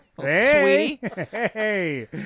Hey